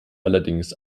allerdings